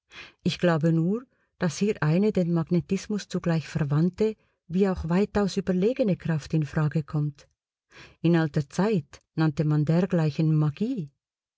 ich glaube nur daß hier eine den magnetismus zugleich verwandte wie auch weitaus überlegene kraft in frage kommt in alter zeit nannte man dergleichen magie